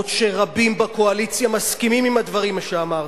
אף שרבים בקואליציה מסכימים עם הדברים שאמרתי,